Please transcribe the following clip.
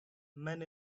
men